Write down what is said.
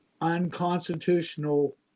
unconstitutional